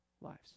lives